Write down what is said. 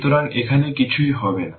সুতরাং এখানে কিছুই হবে না